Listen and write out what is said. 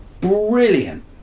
brilliant